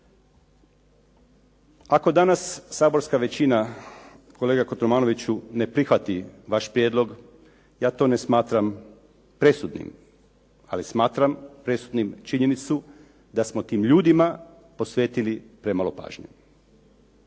Ako danas saborska većina kolega Kotromanoviću ne prihvati vaš prijedlog ja to ne smatram presudnim, ali smatram presudnim činjenicu da smo tim ljudima posvetili premalo pažnje,